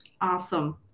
awesome